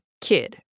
Kid